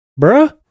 bruh